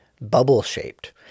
bubble-shaped